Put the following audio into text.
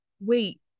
wait